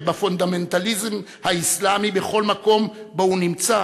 בפונדמנטליזם האסלאמי בכל מקום שבו הוא נמצא,